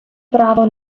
право